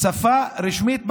כשפה רשמית במדינה.